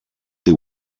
they